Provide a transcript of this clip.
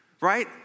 right